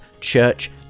church